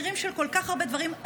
מחירים של כל כך הרבה דברים,